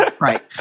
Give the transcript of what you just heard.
Right